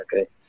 okay